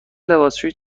لباسشویی